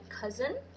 Cousin